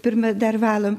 pirma dar valom